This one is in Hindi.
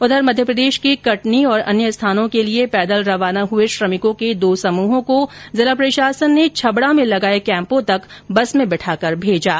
उधर मध्यप्रदेश के कटनी और अन्य स्थानों के लिए पैदल रवाना हुए श्रमिकों के दो समूहों को जिला प्रशासन ने छबडा में लगाए कैम्पों तक बस में बैठाकर भेजा है